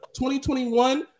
2021